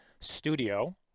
studio